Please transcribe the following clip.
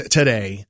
today